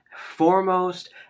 foremost